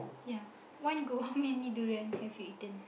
ya one go how many durian have you eaten